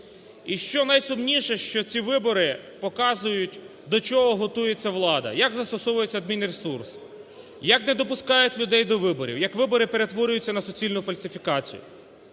і що найсумніше, що ці вибори показують до чого готується влада, як застосовується адмінресурс, як не допускають людей до виборів, як вибори перетворюються на суцільну фальсифікацію.